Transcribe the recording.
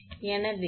எனவே 𝑉1 7